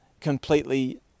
completely